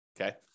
Okay